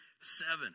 seven